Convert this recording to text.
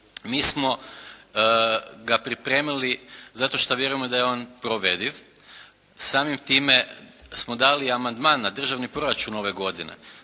Mi smo ga pripremili zato što vjerujemo da je on provediv. Samim time smo dali i amandman na državni proračun ove godine,